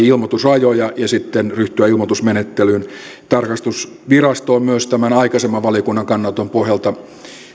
ilmoitusrajoja ja sitten ryhtyä ilmoitusmenettelyyn tarkastusvirasto on myös valiokunnan aikaisemman kannanoton pohjalta